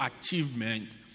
achievement